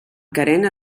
carena